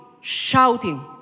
shouting